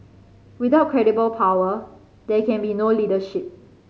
without credible power there can be no leadership